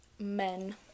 men